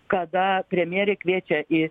kada premjerė kviečia į